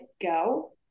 go